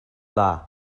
dda